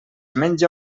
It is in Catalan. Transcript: menja